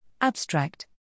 Abstract